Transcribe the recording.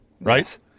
right